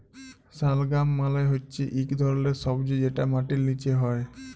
শালগাম মালে হচ্যে ইক ধরলের সবজি যেটা মাটির লিচে হ্যয়